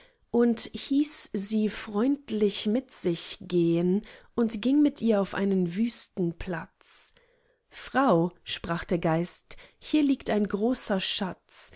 und hieß sie freundlich mit sich gehen und ging mit ihr auf einen wüsten platz frau sprach der geist hier liegt ein großer schatz